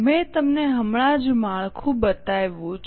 મેં તમને હમણાં જ માળખું બતાવ્યું છે